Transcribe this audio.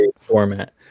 format